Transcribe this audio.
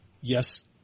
yes